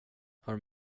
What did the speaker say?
har